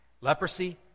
Leprosy